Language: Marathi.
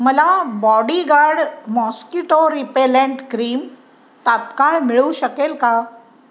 मला बॉडीगार्ड मॉस्किटो रिपेलेंट क्रीम तात्काळ मिळू शकेल का